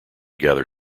gather